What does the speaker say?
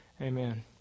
Amen